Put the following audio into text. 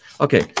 Okay